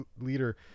Leader